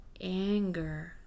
anger